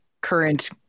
Current